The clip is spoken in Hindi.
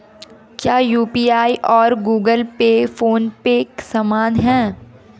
क्या यू.पी.आई और गूगल पे फोन पे समान हैं?